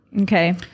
Okay